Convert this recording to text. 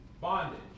bondage